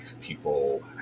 people